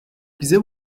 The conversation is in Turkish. bize